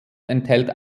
enthält